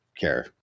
care